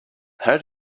how